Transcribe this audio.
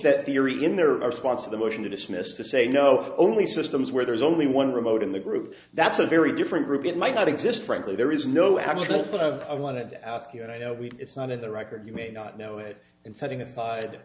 that theory in there are spots of the motion to dismiss to say no only systems where there's only one remote in the group that's a very different group it might not exist frankly there is no actual sort of i wanted to ask you and i know it's not at the record you may not know it and setting aside